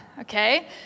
okay